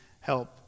help